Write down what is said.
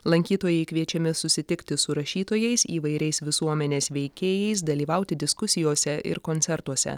lankytojai kviečiami susitikti su rašytojais įvairiais visuomenės veikėjais dalyvauti diskusijose ir koncertuose